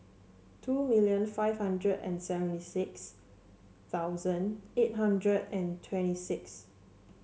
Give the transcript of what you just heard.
two million five hundred and seventy six thousand eight hundred and twenty six